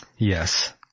Yes